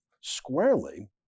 squarely